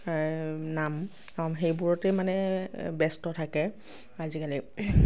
নাম সেইবোৰতে মানে ব্যস্ত থাকে আজিকালি